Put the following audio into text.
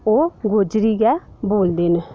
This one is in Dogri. ओह् गोजरी गै बोलदे न